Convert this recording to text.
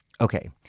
Okay